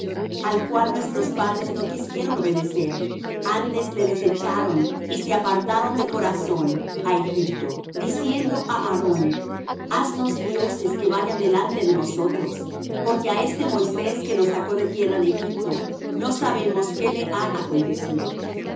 al cual nuestros padres no quisieron obedecer antes le desecharon y se apartaron de corazón á egipto diciendo á aarón haznos dioses que vayan delante de nosotros porque á este moisés que nos sacó de tierra de egipto no sabemos qué le ha acontecido